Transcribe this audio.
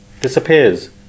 disappears